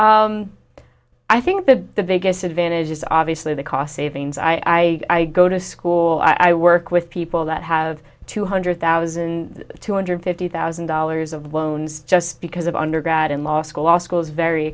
process i think the biggest advantage is obviously the cost savings i go to school i work with people that have two hundred thousand two hundred fifty thousand dollars of loans just because of undergrad in law school law school is very